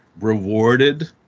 rewarded